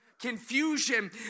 Confusion